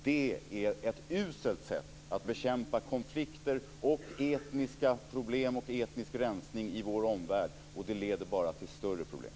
Det är ett uselt sätt att bekämpa konflikter, etniska problem och etnisk rensning i vår omvärld. Det leder bara till större problem.